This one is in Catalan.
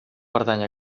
pertany